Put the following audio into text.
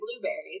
blueberries